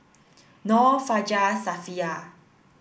Nor Fajar Safiya